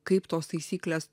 kaip tos taisyklės